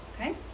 okay